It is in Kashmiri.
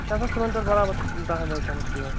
أسۍ چھِ آسان صُبَن پٮ۪ٹھ بَرابَردَہَن بَجٮ۪ن تامَتھ ژیٖر